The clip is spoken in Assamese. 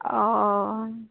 অঁ অঁ